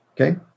Okay